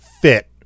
fit